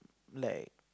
like